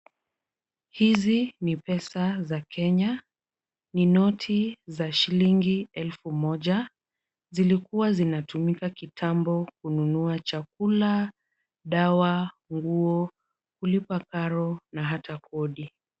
Hizi ni pesa zaKenya. Ni shilingo elfu moja, zilikua zinatumika kitambo kunu nua chakula, dawa, nguo, kulipa karo na ata kodi.